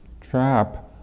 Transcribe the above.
trap